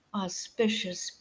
auspicious